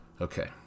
Okay